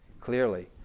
clearly